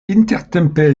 intertempe